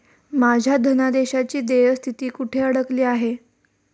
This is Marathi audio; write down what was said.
माझ्या धनादेशाची देय स्थिती कुठे अडकली आहे?